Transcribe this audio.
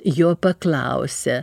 jo paklausę